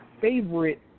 favorite